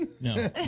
No